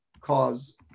cause